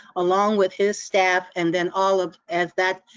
along with his staff and then all of, as that,